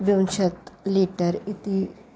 विंशतिः लीटर् इति